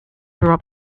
rub